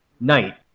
Night